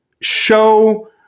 show